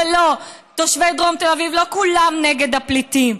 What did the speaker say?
ולא, תושבי דרום תל אביב לא כולם נגד הפליטים.